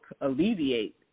alleviate